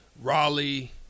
Raleigh